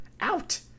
out